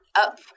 up